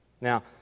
Now